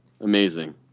amazing